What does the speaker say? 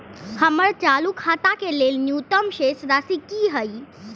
हमर चालू खाता के लेल न्यूनतम शेष राशि की हय?